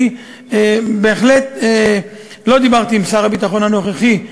לא דיברתי עם שר הביטחון הנוכחי.